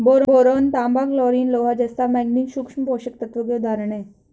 boron, तांबा, chlorine, लोहा, जस्ता, मैंगनीज सूक्ष्म पोषक तत्वों के उदाहरण हैं